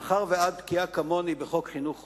מאחר שאת בקיאה כמוני בחוק חינוך חובה,